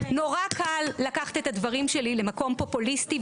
נורא קל לקחת את הדברים שלי למקום פופוליסטי,